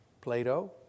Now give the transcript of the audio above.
Plato